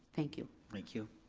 thank you. thank you.